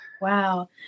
wow